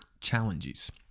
challenges